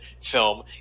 film